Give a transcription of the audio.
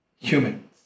humans